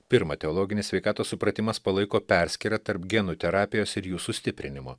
pirma teologinis sveikatos supratimas palaiko perskyrą tarp genų terapijos ir jų sustiprinimo